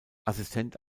assistent